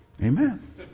Amen